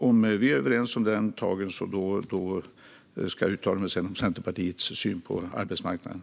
Om vi är överens om de tagen ska jag uttala mig om Centerpartiets syn på arbetsmarknaden.